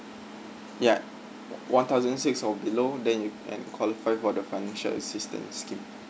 yup one thousand six or below then you can qualify for the financial assistance scheme